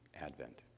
Advent